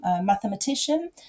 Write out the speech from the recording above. mathematician